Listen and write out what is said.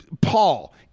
Paul